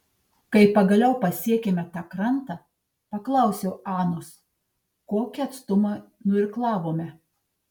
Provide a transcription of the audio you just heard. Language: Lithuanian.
kai pagaliau pasiekėme tą krantą paklausiau anos kokį atstumą nuirklavome